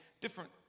different